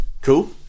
Cool